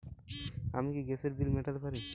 আমি কি গ্যাসের বিল মেটাতে পারি?